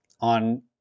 on